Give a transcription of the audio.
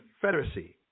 confederacy